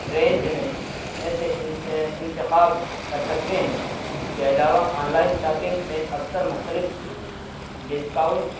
range میں ایسے انتخاب کر سکتے ہیں اس کے علاوہ آن لائن شاپنگ میں اکثر مختلف ڈسکاؤنٹ